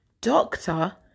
doctor